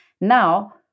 now